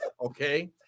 Okay